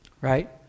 right